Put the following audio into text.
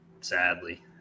Sadly